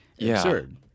absurd